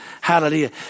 Hallelujah